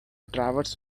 drivers